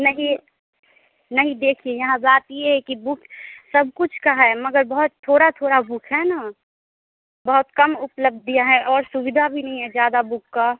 नहीं नहीं देखिए यहाँ बात यह है कि बुक सब कुछ का है मगर बहुत थोड़ा थोड़ा बुक है न बहुत कम उपलब्धियाँ है और सुविधा भी नहीं है ज़्यादा बुक का